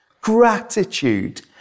Gratitude